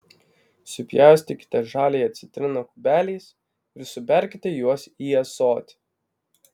supjaustykite žaliąją citriną kubeliais ir suberkite juos į ąsotį